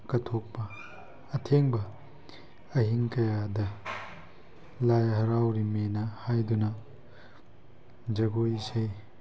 ꯀꯠꯊꯣꯛꯄ ꯑꯊꯦꯡꯕ ꯑꯍꯤꯡ ꯀꯌꯥꯗ ꯂꯥꯏ ꯍꯔꯥꯎꯔꯤꯃꯦꯅ ꯍꯥꯏꯗꯨꯅ ꯖꯒꯣꯏ ꯏꯁꯩ